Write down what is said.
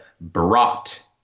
brought